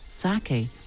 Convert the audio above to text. sake